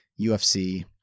UFC